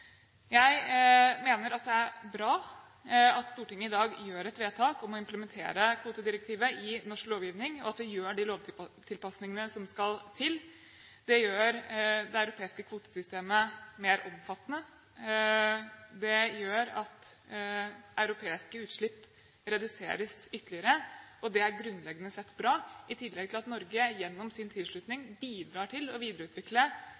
Jeg mener det er bra at Stortinget i dag gjør et vedtak om å implementere kvotedirektivet i norsk lovgivning, og at vi gjør de lovtilpasningene som skal til. Det gjør det europeiske kvotesystemet mer omfattende, og det gjør at europeiske utslipp reduseres ytterligere. Det er grunnleggende sett bra. I tillegg bidrar Norge, gjennom sin tilslutning, til å videreutvikle